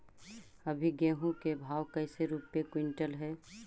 अभी गेहूं के भाव कैसे रूपये क्विंटल हई?